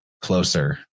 closer